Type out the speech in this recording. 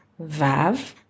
Vav